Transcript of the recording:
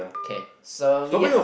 so we have okay